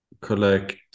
collect